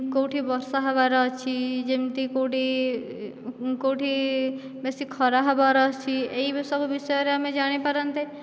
କେଉଁଠି ବର୍ଷା ହବାର ଅଛି ଯେମିତି କେଉଁଠି କେଉଁଠି ବେଶୀ ଖରା ହବାର ଅଛି ଏସବୁ ବିଷୟରେ ଆମେ ଜାଣିପାରନ୍ତେ